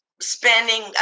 spending